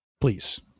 Please